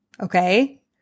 Okay